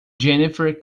jennifer